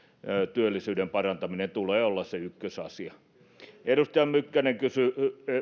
työllisyyden parantamisen tulee olla se ykkösasia edustaja mykkänen kysyi